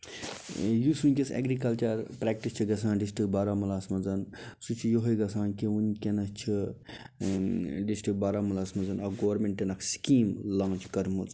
ٲں یُس وُنٛکیٚس ایٚگرِکَلچر پرٛیٚکٹِس چھِ گَژھان ڈِسٹِرٛک بارہمولہ ہَس مَنٛز سُہ چھِ یُہٲے گَژھان کہِ وُنٛکیٚس چھِ ڈِسٹِرٛک بارہمولہ ہَس مَنٛز اکھ گورمِنٹَن اَکھ سکیٖم لانٛچ کٔرمٕژ